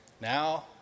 Now